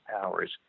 powers